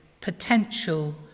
potential